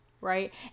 right